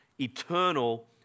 eternal